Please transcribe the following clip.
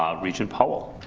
um regent powell.